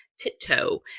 tiptoe